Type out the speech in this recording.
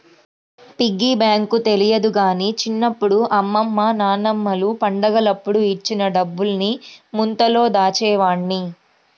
piggy bank తెలియదు గానీ చిన్నప్పుడు అమ్మమ్మ నాన్నమ్మలు పండగలప్పుడు ఇచ్చిన డబ్బుల్ని ముంతలో దాచేవాడ్ని